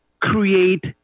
create